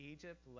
Egypt